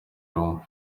roma